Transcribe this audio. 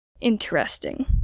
interesting